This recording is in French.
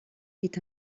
est